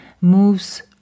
moves